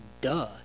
duh